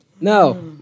No